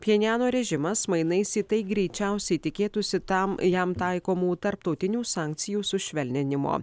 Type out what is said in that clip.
pchenjano režimas mainais į tai greičiausiai tikėtųsi tam jam taikomų tarptautinių sankcijų sušvelninimo